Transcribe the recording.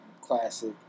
classic